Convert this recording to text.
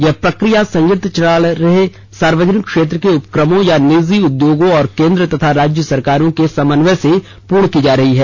यह प्रक्रिया संयंत्र चला रहे सार्वजनिक क्षेत्र के उपक्रमों या निजी उद्योगों और केन्द्र तथा राज्य सरकारों के समन्वय से पूर्ण की जा रही है